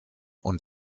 und